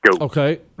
Okay